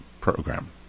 program